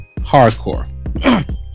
Hardcore